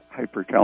hypercalcemia